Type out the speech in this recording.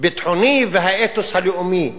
הביטחוני והאתוס הלאומי,